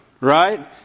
Right